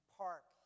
park